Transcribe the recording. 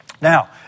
Now